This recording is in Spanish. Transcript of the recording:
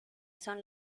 son